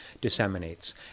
disseminates